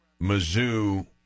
Mizzou